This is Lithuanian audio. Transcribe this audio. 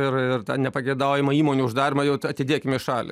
ir ir tą nepageidaujamą įmonių uždarymą jau atidėkim į šalį